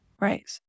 Right